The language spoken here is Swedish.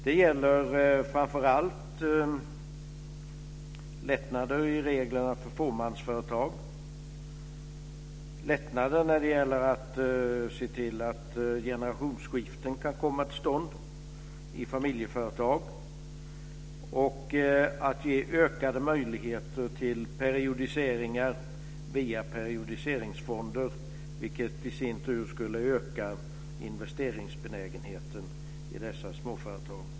Det gäller framför allt lättnader i reglerna för fåmansföretag. Det handlar om lättnader för att man ska kunna se till att generationsskiften kan komma till stånd i familjeföretag och om att ge ökade möjligheter till periodiseringar via periodiseringsfonder, vilket i sin tur skulle öka investeringsbenägenheten i dessa småföretag.